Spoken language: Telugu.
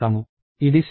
ఇది C లో సాధ్యమవుతుంది